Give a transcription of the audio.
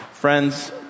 Friends